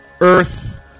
Earth